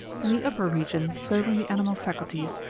in the upper region serving the animal faculties,